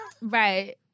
Right